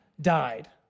died